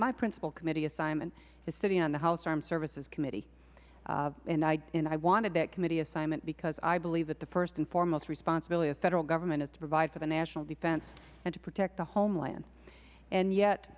my principal committee assignment is sitting on the house armed services committee and i wanted that committee assignment because i believe that the first and foremost responsibility of the federal government is to provide for our national defense and to protect the homeland